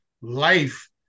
life